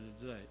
today